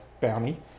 bounty